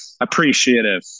appreciative